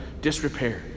disrepair